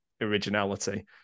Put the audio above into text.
originality